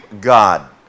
God